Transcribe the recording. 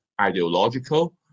ideological